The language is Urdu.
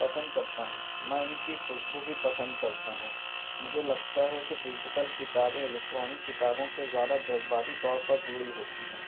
پسند کرتا ہوں میں ان کی خوشبو بھی پسند کرتا ہوں مجھے لگتا ہے کہ فزیکل کتابیں الیکٹرانک کتابوں سے زیادہ جذباتی طور پر جڑی ہوتی ہیں